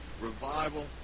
revival